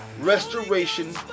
restoration